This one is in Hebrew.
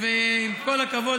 ועם כל הכבוד,